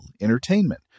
entertainment